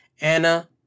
Anna